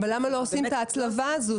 למה לא עושים את ההצלבה הזאת?